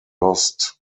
lost